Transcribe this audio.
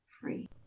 free